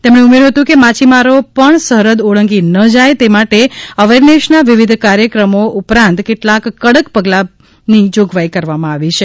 તેમણે ઉમેર્યું હતું કે માછીમારો પણ સરહદ ઓળંગી ન જાય તે માટે અવેરનેશના વિવિધ કાર્યક્રમો ઉપરાંત કેટલાકકડક પગલાંની જોગવાઇ કરવામાં આવી છે